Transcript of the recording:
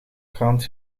krant